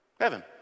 Heaven